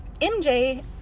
MJ